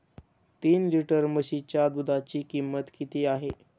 तीन लिटर म्हशीच्या दुधाची किंमत किती आहे?